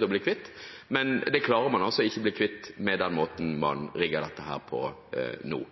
å bli kvitt, men det klarer man altså ikke å bli kvitt med den måten man rigger dette på nå.